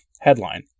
Headline